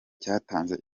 cyatanze